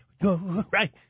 Right